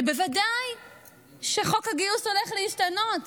שבוודאי חוק הגיוס הולך להשתנות,